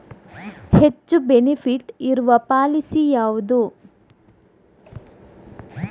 ಹೆಚ್ಚು ಬೆನಿಫಿಟ್ ಇರುವ ಪಾಲಿಸಿ ಯಾವುದು?